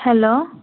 hello